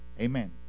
amen